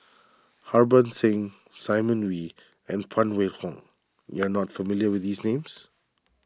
Harbans Singh Simon Wee and Phan Wait Hong you are not familiar with these names